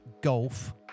golf